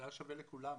זה היה שווה לכולם.